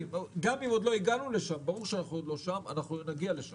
גם אם עוד לא הגענו לשם ברור שאנחנו עוד לא שם אנחנו נגיע לשם.